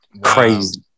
crazy